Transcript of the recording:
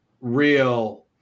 real